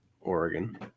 Oregon